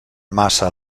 massa